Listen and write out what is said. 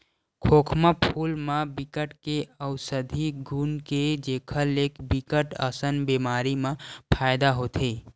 खोखमा फूल म बिकट के अउसधी गुन हे जेखर ले बिकट अकन बेमारी म फायदा होथे